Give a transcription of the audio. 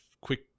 quick